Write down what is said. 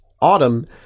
autumn